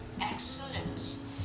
excellence